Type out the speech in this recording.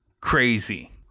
Crazy